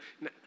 now